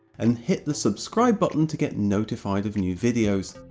and hit the subscribe button to get notified of new videos.